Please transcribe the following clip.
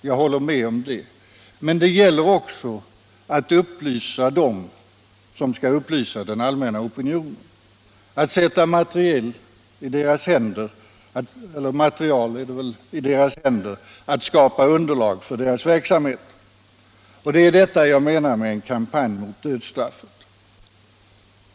Jag delar således den uppfattningen, men det gäller också att upplysa dem som skall upplysa den allmänna opinionen och att sätta material i deras händer för att skapa underlag för deras verksamhet. Det är detta jag menar med en kampanj mot dödsstraffet.